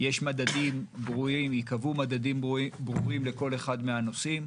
ייקבעו מדדים ברורים לכל אחד מהנושאים,